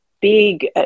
big